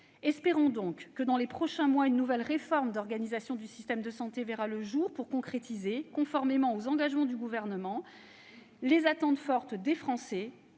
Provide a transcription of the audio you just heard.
Espérons donc que, dans les prochains mois, une nouvelle réforme d'organisation du système de santé verra le jour pour concrétiser, conformément aux engagements du Gouvernement, les attentes fortes des Français,